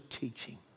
teaching